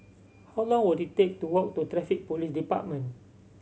how long will it take to walk to Traffic Police Department